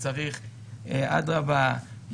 ואדרבה,